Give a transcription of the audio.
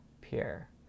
Pierre